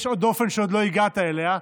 יש עוד דופן שעוד לא הגעת אליה,